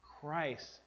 Christ